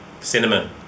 Cinnamon